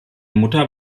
mutter